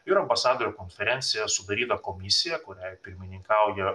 ir ambasadorių konferencija sudaryta komisija kuriai pirmininkauja